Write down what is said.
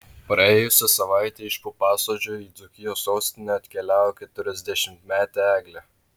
praėjusią savaitę iš pupasodžio į dzūkijos sostinę atkeliavo keturiasdešimtmetė eglė